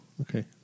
Okay